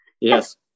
Yes